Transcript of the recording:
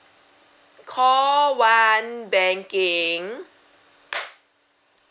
call one banking